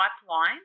pipeline